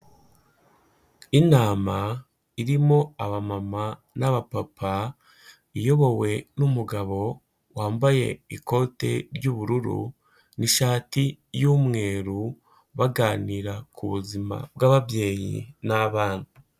Inama irimo abamama n'abapapa, iyobowe n'umugabo wambaye ikote ry'ubururu n'ishati y'umweru, baganira ku buzima bw'ababyeyi n'abana.